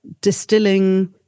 distilling